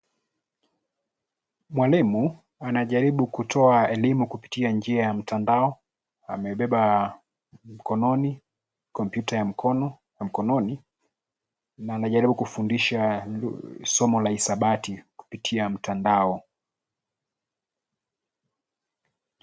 Mwalimu, anajaribu kutoa elimu kupitia njia ya mtandao ,amebeba mkononi kompyuta ya mkono, mkononi na anajaribu kufunza somo la hesabati kupitia mtandao